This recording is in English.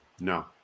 No